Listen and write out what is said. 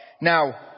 Now